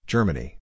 Germany